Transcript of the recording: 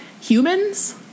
humans